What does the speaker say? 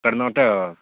Karnataka